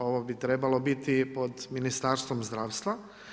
Ovo bi trebalo biti pod Ministarstvom zdravstva.